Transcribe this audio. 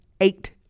eight